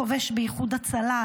חובש באיחוד הצלה,